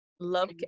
Love